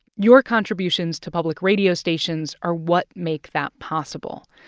your contributions to public radio stations are what make that possible.